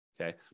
okay